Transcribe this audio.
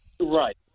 Right